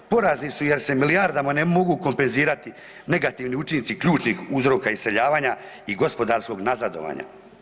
Porazni su jer se milijardama ne mogu kompenzirati negativni učinci ključnih uzroka iseljavanja i gospodarskog nazadovanja.